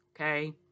Okay